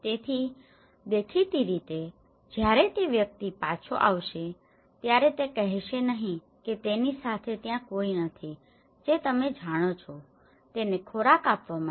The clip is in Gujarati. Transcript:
તેથી દેખીતી રીતે જ્યારે તે વ્યક્તિ પાછો આવશે ત્યારે તે કહેશે નહીં કે તેની સાથે ત્યાં કોઈ નથી જે તમે જાણો છો તેને ખોરાક આપવા માટે